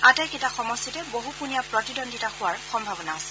আটাইকেইটা সমষ্টিতে বহুকোণীয়া প্ৰতিদ্বন্দ্বিতা হোৱাৰ সম্ভাৱনা আছে